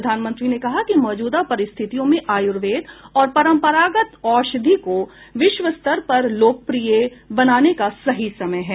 प्रधानमंत्री ने कहा कि मौजूदा परिस्थितियों में आयुर्वेद और परंपरागत औषधि को विश्वस्तर पर लोकप्रिय बनाने का सही समय है